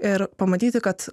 ir pamatyti kad